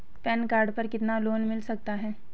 Pan card पर कितना loan मिल सकता है?